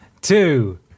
two